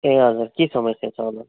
ए हजुर के समस्या छ होला